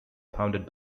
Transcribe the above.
founded